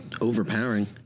overpowering